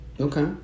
okay